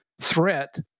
threat